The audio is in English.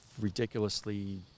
ridiculously